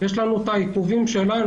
יש לנו את העיכובים שלנו,